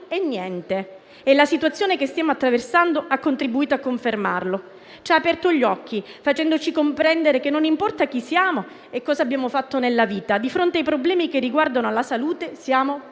è niente. La situazione che stiamo attraversando ha contribuito a confermarlo e ci ha aperto gli occhi, facendoci comprendere che non importa chi siamo e cosa abbiamo fatto nella vita: di fronte ai problemi che riguardano la salute, siamo